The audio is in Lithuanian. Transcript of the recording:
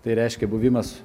tai reiškia buvimas